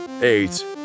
eight